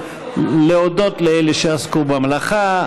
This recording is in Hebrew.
להודות לאלה שעסקו במלאכה.